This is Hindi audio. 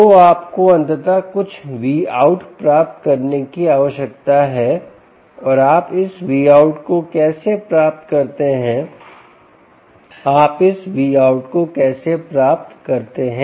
तो आपको अंततः कुछ Vout प्राप्त करने की आवश्यकता है और आप इस Vout को कैसे प्राप्त करते हैं आप इस Vout को कैसे प्राप्त करते हैं